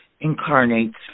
incarnates